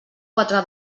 quatre